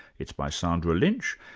it's by sandra lynch,